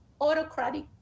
autocratic